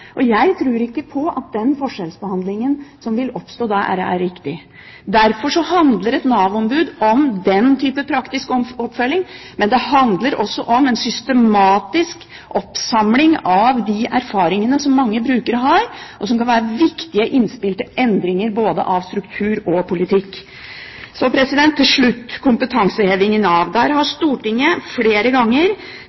Jeg tror ikke at den forskjellsbehandlingen som da vil oppstå, er riktig. Derfor handler et Nav-ombud om den type praktisk oppfølging. Men det handler også om en systematisk oppsamling av de erfaringene som mange brukere har, og som kan være viktige innspill til endringer både i struktur og politikk. Til slutt kompetanseheving i Nav: Stortinget har flere ganger sagt at det må stilles klare kompetansekrav til de lokale Nav-kontorene, og Stortinget har